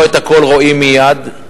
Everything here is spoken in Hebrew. לא את הכול רואים מייד,